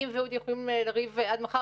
אני ואודי יכולים לריב עד מחר,